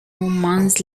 months